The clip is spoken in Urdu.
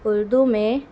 اردو میں